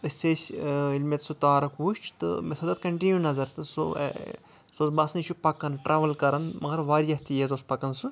تہٕ أسۍ ٲسۍ ییٚلہِ مےٚ سُہ تارُک وُچھ تہٕ تھٲو تَتھ کَنٹِنو نظر سُہ اوس باسان یہِ چھُ پَکان ٹریٚول کَران مَگر واریاہ تیز اوس پَکان سُہ